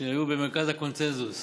שהיו במרכז הקונסנזוס